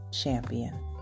champion